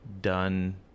done